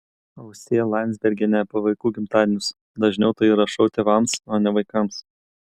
austėja landsbergienė apie vaikų gimtadienius dažniau tai yra šou tėvams o ne vaikams